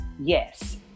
yes